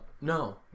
No